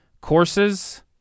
courses